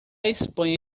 espanha